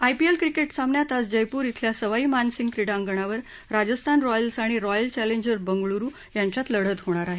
IPL cricket सामन्यात आज जयपूर शिल्या सवाई मानसिंग क्रिडांगणावर राजस्थान रॉयल्स आणि रॉयल चॅलेंजर बंगळुरु यांच्यात लढत होणार आहे